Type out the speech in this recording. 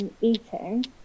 eating